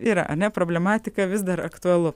yra ane problematika vis dar aktualu